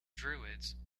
druids